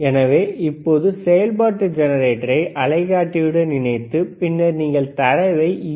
எனவே இப்போது செயல்பாட்டு ஜெனரேட்டரை அலைகாட்டியுடன் இணைத்து பின்னர் நீங்கள் தரவை யூ